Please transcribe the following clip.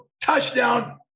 touchdown